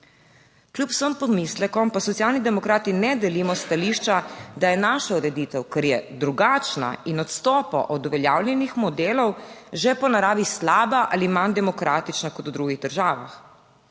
Kljub vsem pomislekom pa Socialni demokrati ne delimo s stališča, da je naša ureditev, ker je drugačna in odstopa od uveljavljenih modelov, že po naravi slaba ali manj demokratična, kot v drugih državah.